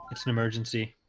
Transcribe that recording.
it's an emergency?